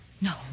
No